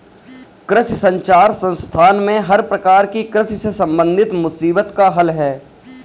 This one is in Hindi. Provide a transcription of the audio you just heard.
कृषि संचार संस्थान में हर प्रकार की कृषि से संबंधित मुसीबत का हल है